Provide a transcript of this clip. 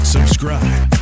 Subscribe